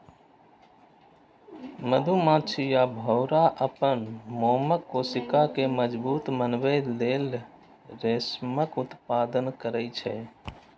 मधुमाछी आ भौंरा अपन मोमक कोशिका कें मजबूत बनबै लेल रेशमक उत्पादन करै छै